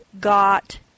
got